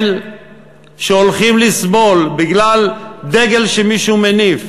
שהולכים לסבול בגלל דגל שמישהו מניף,